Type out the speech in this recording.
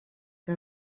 que